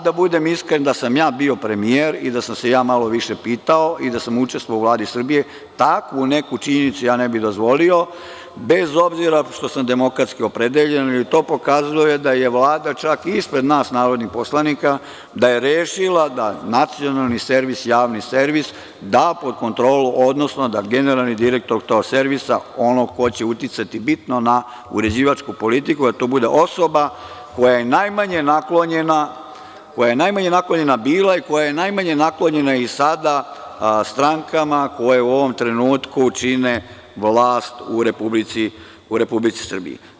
Da budem iskren, da sam ja bio premijer i da sam se ja malo više pitao i da sam učestvovao u Vladi Srbije, takvu neku činjenicu ne bih dozvolio, bez obzira što sam demokratski opredeljen, ali to pokazuje da je Vlada čak ispred nas narodnih poslanika, da je rešila da Nacionalni javni servis da pod kontrolu, odnosno da generalni direktor tog servisa, onaj ko će uticati bitno na uređivačku politiku, da to bude osoba koja je najmanje naklonjena bila i koja je najmanje naklonjena i sada strankama koje u ovom trenutku čine vlast u Republici Srbiji.